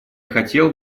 хотел